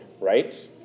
right